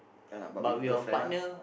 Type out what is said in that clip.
ya lah but with girlfriend ah